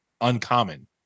uncommon